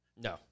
No